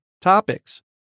topics